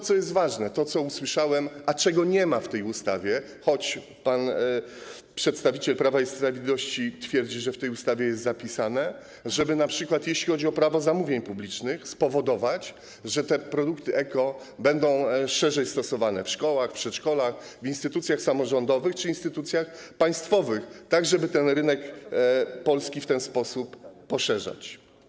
Ważne jest też to, co usłyszałem, a czego nie ma w tej ustawie, choć pan przedstawiciel Prawa i Sprawiedliwości twierdzi, że w tej ustawie jest to zapisane, żeby np. jeśli chodzi o Prawo zamówień publicznych, spowodować, że produkty eko będą szerzej stosowane w szkołach, przedszkolach, instytucjach samorządowych czy instytucjach państwowych, tak żeby rynek polski w ten sposób poszerzać.